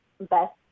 best